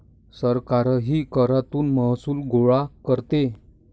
सरकारही करातून महसूल गोळा करते